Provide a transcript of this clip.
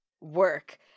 Work